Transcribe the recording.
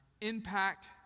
Impact